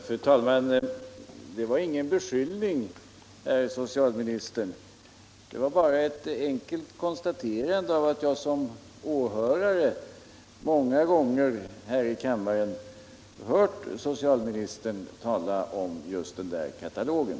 Fru talman! Det var ingen beskyllning jag framförde, herr socialminister. Det var bara ett enkelt konstaterande av att jag som åhörare många gånger här i kammaren hört socialministern föredra just den där katalogen.